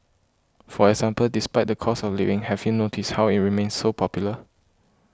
for example despite the cost of living have you noticed how it remains so popular